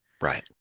Right